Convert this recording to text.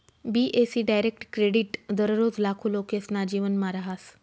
बी.ए.सी direct credit दररोज लाखो लोकेसना जीवनमा रहास